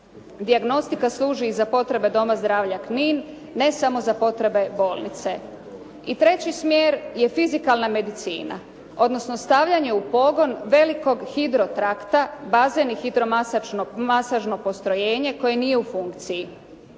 Dijagnostika služi za potrebe Doma zdravlja Knin ne samo za potrebe bolnice. I treći smjer je fizikalna medicina odnosno stavljanje u pogon velikog hidrotrakta, bazen i hidromasažno postrojenje koje nije u funkciji.